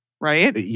right